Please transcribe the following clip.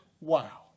Wow